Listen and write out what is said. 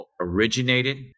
originated